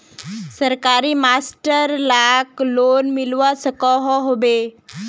सरकारी मास्टर लाक लोन मिलवा सकोहो होबे?